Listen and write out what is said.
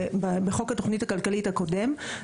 בחוק התוכנית הכלכלית הקודם.